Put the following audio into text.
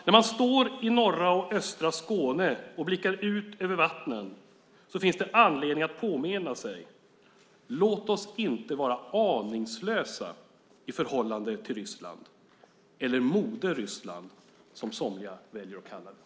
När man står i norra och östra Skåne och blickar ut över vattnet finns det anledning att påminna sig om följande: Låt oss inte vara aningslösa i förhållande till Ryssland, eller moder Ryssland, som somliga väljer att kalla det!